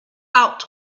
out